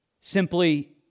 Simply